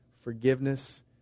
forgiveness